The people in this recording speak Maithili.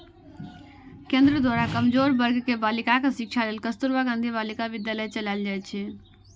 केंद्र द्वारा कमजोर वर्ग के बालिकाक शिक्षा लेल कस्तुरबा गांधी बालिका विद्यालय चलाएल जाइ छै